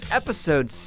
episode